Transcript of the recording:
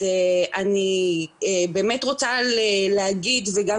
אני באמת רוצה להגיד וגם,